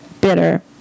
bitter